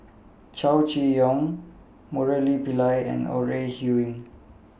Chow Chee Yong Murali Pillai and Ore Huiying